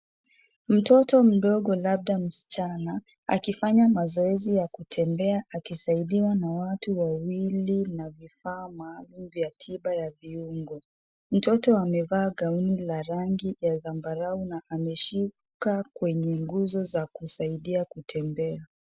Mtoto mdogo labda msichana akifanya mazoezi ya kutembea akisaidiwa na watu wawili na vifaa maalum vya tiba ya viungo, mtoto amevaa gauni la rangi ya sambarau na ameshika kwenye nguzo za kusaidia kutembea.